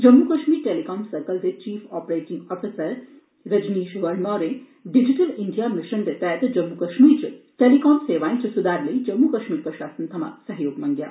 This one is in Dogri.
जम्मू कश्मीर टेलीकाम सर्कल दे चीफ आपरेटिंग अफसर रजनीश वर्मा होरें डिजिटल इंडिया मिशन दे तैहत जम्मू कश्मीर च टेलीकाम सेवाएं च सुधार लेई जम्मू कश्मीर प्रशासन थमां सैहयोग मंग्गेआ